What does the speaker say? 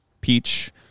peach